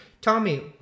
Tommy